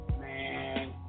Man